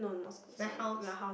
very house